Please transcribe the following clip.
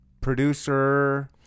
producer